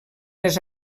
les